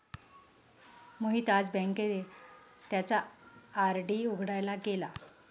मोहित आज बँकेत त्याचा आर.डी उघडायला गेला